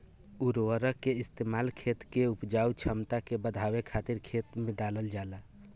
उर्वरक के इस्तेमाल खेत के उपजाऊ क्षमता के बढ़ावे खातिर खेत में डालल जाला